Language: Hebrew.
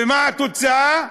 ומה התוצאה?